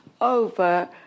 over